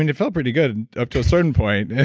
and felt pretty good and up to a certain point.